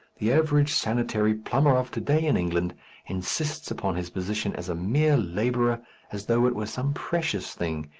the average sanitary plumber of to-day in england insists upon his position as a mere labourer as though it were some precious thing,